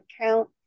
account